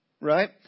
Right